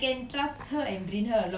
eh next weekend what are you doing